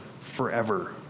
forever